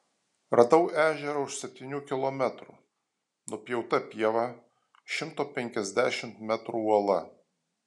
radau ežerą už septynių kilometrų nupjauta pieva šimto penkiasdešimt metrų uola